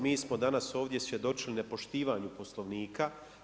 Mi smo danas ovdje svjedočili nepoštivanju poslovnika.